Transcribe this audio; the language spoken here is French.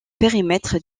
périmètre